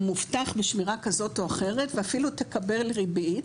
מובטח בשמירה כזאת או אחרת ואפילו תקבל ריבית,